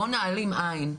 בואו נעלים עין,